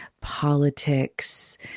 politics